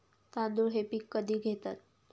तांदूळ हे पीक कधी घेतात?